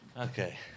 Okay